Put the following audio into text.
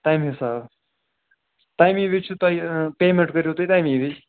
تَمۍ تَمی وِزِ چھُ تۄہہِ پیمٮ۪نٛٹ کٔرِو تُہۍ تَمی وِز